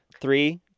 three